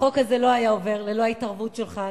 החוק הזה לא היה עובר ללא ההתערבות שלך,